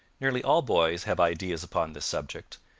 nearly all boys have ideas upon this subject,